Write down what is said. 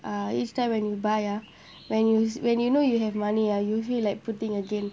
uh each time when you buy ah when you when you know you have money ah you feel like putting again